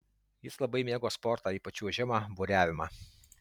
jis labai mėgo sportą ypač čiuožimą buriavimą